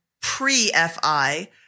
pre-FI